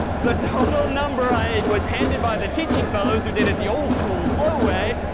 the total number i was handed by the teaching fellows, who did it the old school slow way,